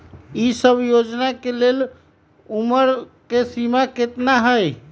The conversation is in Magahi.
ई सब योजना के लेल उमर के सीमा केतना हई?